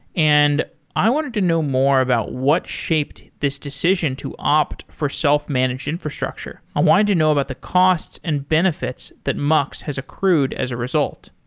and i wanted to know more about what shaped this decision to opt for self-managed infrastructure. i wanted to know about the costs and benefits that mux has accrued as a result.